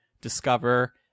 discover